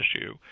issue